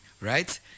right